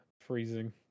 freezing